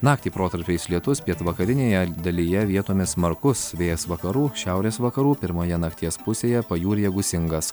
naktį protarpiais lietus pietvakarinėje dalyje vietomis smarkus vėjas vakarų šiaurės vakarų pirmoje nakties pusėje pajūryje gūsingas